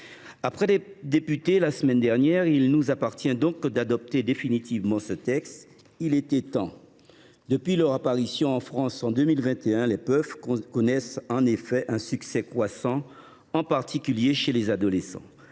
Après les députés la semaine dernière, il nous appartient donc d’adopter définitivement ce texte. Il était temps ! Depuis leur apparition en France en 2021, les puffs connaissent en effet un succès croissant, en particulier chez les adolescents.